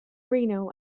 reno